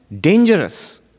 dangerous